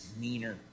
meaner